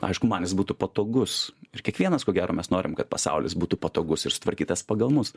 aišku man jis būtų patogus ir kiekvienas ko gero mes norim kad pasaulis būtų patogus ir sutvarkytas pagal mus